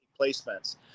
placements